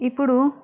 ఇప్పుడు